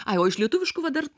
ai o iš lietuviškų va dar